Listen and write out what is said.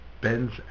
bends